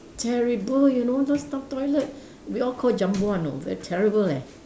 terrible you know last time toilet we all call jumbo one know very terrible leh